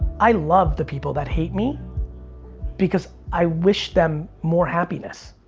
i love the people that hate me because i wish them more happiness.